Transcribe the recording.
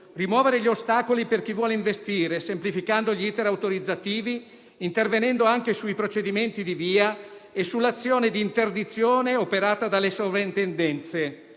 rimuovere gli ostacoli per chi vuole investire, semplificando gli *iter* autorizzativi, intervenendo anche sui procedimenti di VIA e sull'azione di interdizione operata dalle sovrintendenze.